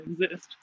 exist